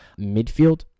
midfield